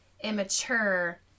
immature